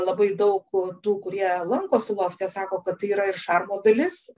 labai daug tų kurie lankosi lofte sako kad tai yra ir šarmo dalis ten yra